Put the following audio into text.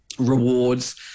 rewards